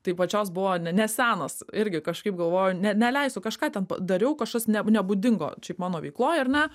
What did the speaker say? tai pačios buvo ne nesenas irgi kažkaip galvoju ne neleisiu kažką ten p dariau kažkas ne nebūdingo šiaip mano veikloj ar ne